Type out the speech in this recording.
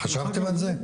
חשבתם על זה?